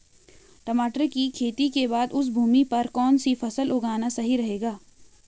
टमाटर की खेती के बाद उस भूमि पर कौन सी फसल उगाना सही रहेगा?